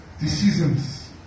decisions